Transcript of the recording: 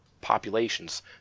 populations